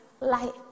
light